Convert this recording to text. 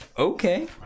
Okay